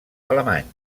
alemany